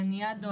לניאדו,